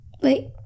Wait